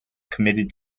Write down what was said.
committed